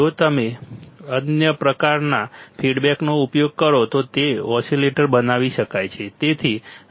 જો તમે અન્ય પ્રકારના ફીડબેકનો ઉપયોગ કરો તો તેને ઓસિલેટર બનાવી શકાય છે